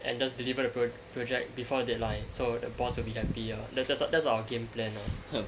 and just deliver the pr~ project before deadline so the boss will be happy ah that's that's that's our game plan